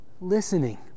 listening